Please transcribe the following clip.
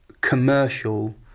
commercial